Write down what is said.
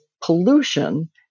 pollution